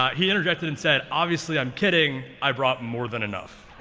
ah he interjected and said, obviously i'm kidding. i brought more than enough.